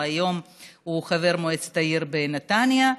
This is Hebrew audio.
היום הוא חבר מועצת העיר נתניה,